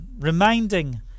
reminding